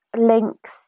links